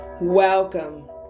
Welcome